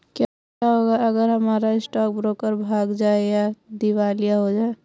क्या होगा अगर हमारा स्टॉक ब्रोकर भाग जाए या दिवालिया हो जाये?